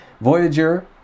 Voyager